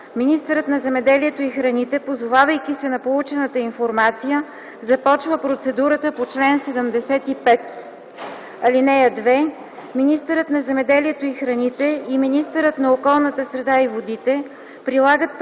министърът на земеделието и храните, позовавайки се на получената информация, започва процедурата по чл. 75. (2) Министърът на земеделието и храните и министърът на околната среда и водите прилагат предпазната